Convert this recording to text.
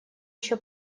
еще